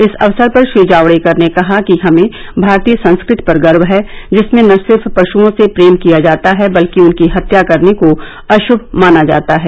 इस अवसर पर श्री जावडेकर ने कहा कि हमें भारतीय संस्कृति पर गर्व है जिसमें न सिर्फ पश्ञओं से प्रेम किया जाता है बल्कि उनकी हत्या करने को अश्म माना जाता है